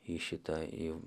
į šitą į